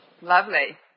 Lovely